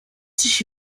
sich